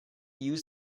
use